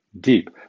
deep